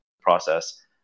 process